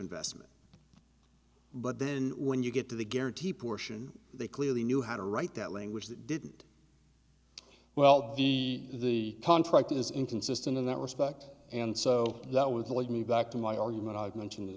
investment but then when you get to the guarantee portion they clearly knew how to write that language that didn't well the the contract is inconsistent in that respect and so that would lead me back to my argument i've mentioned